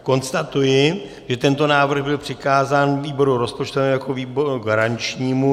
Konstatuji, že tento návrh byl přikázán výboru rozpočtovému jako výboru garančnímu.